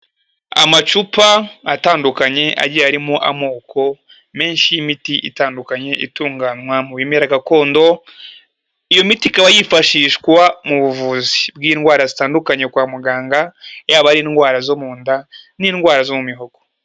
Amacupa atandukanye agiye arimo amoko menshi y'imiti itandukanye itunganywa mu bimera gakondo, iyo miti ikaba yifashishwa mu buvuzi bw'indwara zitandukanye kwa muganga yaba ari indwara zo mu nda n'indwara zo mu mihogo.